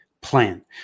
plan